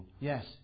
Yes